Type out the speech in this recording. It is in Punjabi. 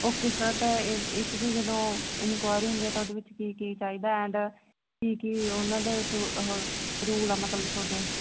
ਓਕੇ ਸਰ ਇਸਦੀ ਜਦੋਂ ਇਨਕੁਆਇਰੀ ਹੁੰਦੀ ਹੈ ਤਾਂ ਉਹਦੇ ਵਿੱਚ ਕੀ ਕੀ ਚਾਹੀਦਾ ਐਂਡ ਕੀ ਕੀ ਉਹਨਾਂ ਦੇ ਰੂਲ ਆ ਮਤਲਬ ਤੁਹਾਡੇ